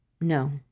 No